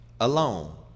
alone